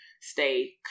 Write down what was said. stay